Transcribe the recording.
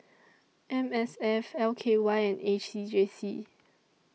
M S F L K Y and A C J C